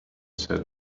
said